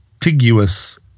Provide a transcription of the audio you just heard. contiguous